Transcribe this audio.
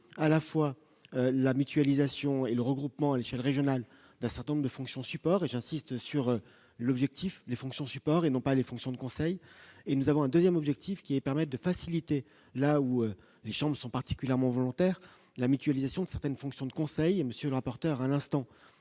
à la fois la mutualisation et le regroupement à l'échelle régionale d'un certain nombre de fonctions supports et j'insiste sur l'objectif, les fonctions support, et non pas les fonctions de conseil et nous avons un 2ème objectif, qui est permettent de faciliter la ou les chambres sont particulièrement volontaire la mutualisation de certaines fonctions du conseil, monsieur le rapporteur à l'instant